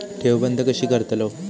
ठेव बंद कशी करतलव?